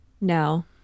No